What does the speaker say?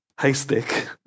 haystack